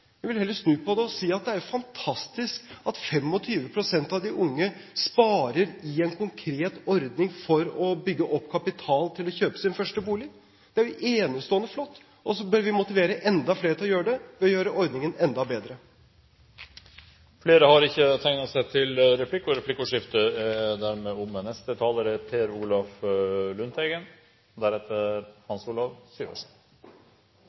Jeg vil heller snu på det og si at det er jo fantastisk at 25 pst. av de unge sparer i en konkret ordning for å bygge opp kapital til å kjøpe sin første bolig. Det er jo enestående flott! Og så bør vi motivere enda flere til å gjøre det ved å gjøre ordningen enda bedre. Replikkordskiftet er omme.